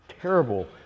terrible